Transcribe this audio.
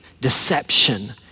deception